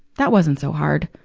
that wasn't so hard.